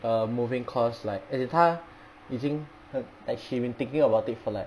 err moving cause like as in 她已经很 and she's been thinking about it for like